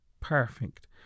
perfect